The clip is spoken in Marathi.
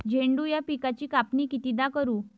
झेंडू या पिकाची कापनी कितीदा करू?